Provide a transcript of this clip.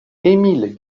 émile